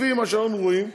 לפי מה שאנחנו רואים,